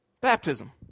baptism